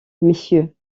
messieurs